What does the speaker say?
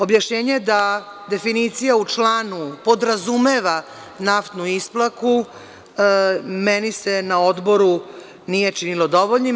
Objašnjenje da definicija u članu podrazumeva naftnu isplaku, meni se na Odboru nije činilo dovoljnim.